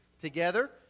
together